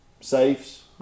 safes